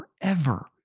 forever